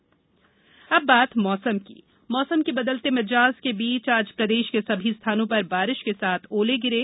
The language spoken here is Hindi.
मौसम मौसम के बदले मिजाज के बीच आज प्रदेश के कई स्थानों पर बारिश के साथ ओले गिरे